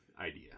idea